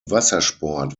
wassersport